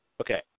Okay